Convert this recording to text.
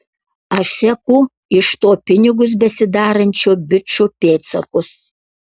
aš seku iš to pinigus besidarančių bičų pėdsakus